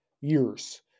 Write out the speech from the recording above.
Years